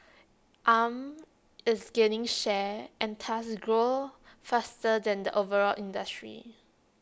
arm is gaining share and thus grows faster than the overall industry